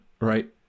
right